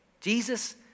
Jesus